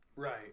Right